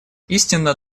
истинно